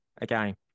again